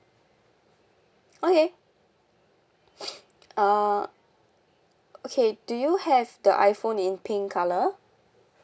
okay uh okay do you have the iphone in pink colour